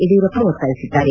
ಯಡಿಯೂರಪ್ಪ ಒತ್ತಾಯಿಸಿದ್ದಾರೆ